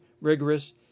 rigorous